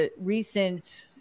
recent